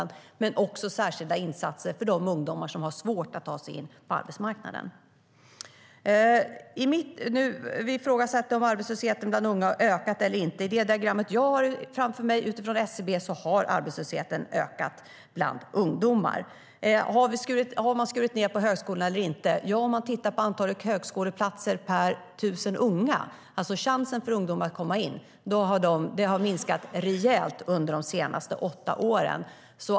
Vi gör också särskilda insatser för de ungdomar som har svårt att ta sig in på arbetsmarknaden. arbetslösheten ökat bland ungdomar. Har man skurit ned på högskolorna eller inte? Ja, antalet högskoleplatser per 1 000 unga, alltså chansen för ungdomar att komma in, har minskat rejält under de senaste åtta åren.